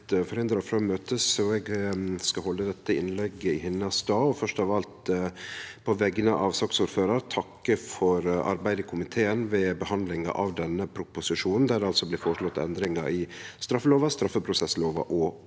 eg skal halde dette innlegget i hennar stad. Først av alt: På vegner av saksordføraren vil eg takke for arbeidet i komiteen ved behandlinga av denne proposisjonen, der det blir føreslått endringar i straffelova, straffeprosesslova og politilova.